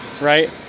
right